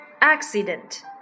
accident